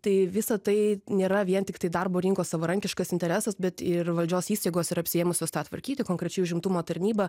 tai visą tai nėra vien tiktai darbo rinkos savarankiškas interesas bet ir valdžios įstaigos ir apsiėmusios tą tvarkyti konkrečiai užimtumo tarnybą